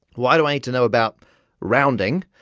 why do i need to know about rounding,